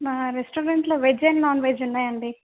మా రెస్టారెంట్లో veg and non veg ఉన్నాయండి